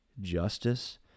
justice